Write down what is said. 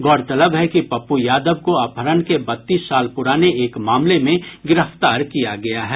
गौरतलब है कि पप्पू यादव को अपहरण के बत्तीस साल प्रराने एक मामले में गिरफ्तार किया गया है